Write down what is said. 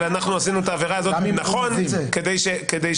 אבל אנחנו עשינו את העבירה הזאת כדי שהיא